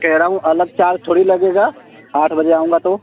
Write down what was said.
कह रहा हूँ अलग चार्ज थोड़ी लगेगा आठ बजे आऊँगा तो